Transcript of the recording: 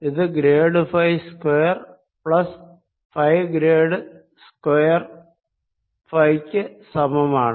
ഇത് grad phi square plus phi grad square phi ക്ക് സമമാണ്